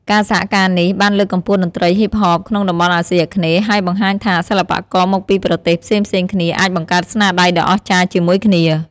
ការសហការនេះបានលើកកម្ពស់តន្ត្រី Hip-Hop ក្នុងតំបន់អាស៊ីអាគ្នេយ៍ ហើយបង្ហាញថា សិល្បករមកពីប្រទេសផ្សេងៗគ្នាអាចបង្កើតស្នាដៃដ៏អស្ចារ្យជាមួយគ្នា។